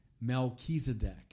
Melchizedek